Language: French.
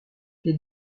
les